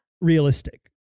realistic